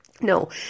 No